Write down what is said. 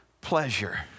pleasure